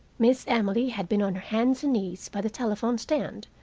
miss emily had been on her hands and knees by the telephone-stand,